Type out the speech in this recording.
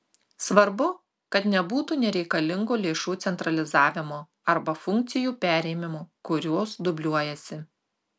svarbu kad nebūtų nereikalingo lėšų centralizavimo arba funkcijų perėmimo kurios dubliuojasi